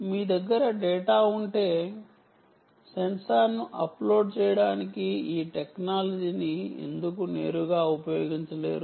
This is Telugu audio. మీ దగ్గర డేటా ఉంటే సెన్సార్ను అప్లోడ్ చేయడానికి ఈ టెక్నాలజీని ఎందుకు నేరుగా ఉపయోగించలేరు